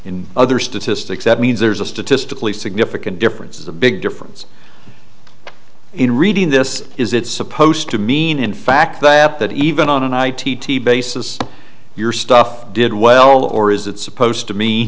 in other statistics that means there's a statistically significant difference is a big difference in reading this is it supposed to mean in fact that even on an i t t basis your stuff did well or is that supposed to me